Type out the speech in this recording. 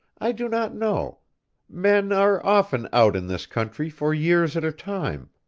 i do not know men are often out in this country for years at a time.